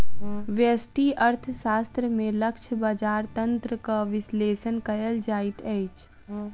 व्यष्टि अर्थशास्त्र में लक्ष्य बजार तंत्रक विश्लेषण कयल जाइत अछि